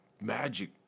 Magic